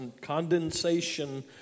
condensation